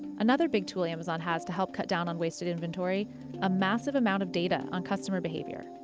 another big tool amazon has to help cut down on wasted inventory a massive amount of data on customer behavior.